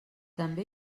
també